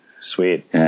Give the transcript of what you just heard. Sweet